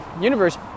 universe